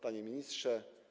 Panie Ministrze!